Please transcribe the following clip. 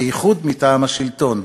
בייחוד מטעם השלטון,